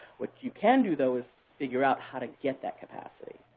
what you can do, though, is figure out how to get that capacity.